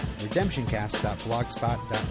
redemptioncast.blogspot.com